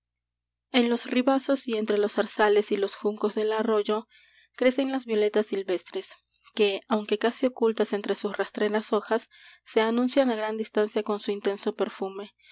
en los ribazos y entre los zarzales y los juncos del arroyo crecen las violetas silvestres que aunque casi ocultas entre sus rastreras hojas se anuncian á gran distancia con su intenso perfume